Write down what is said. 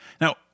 Now